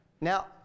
Now